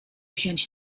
wziąć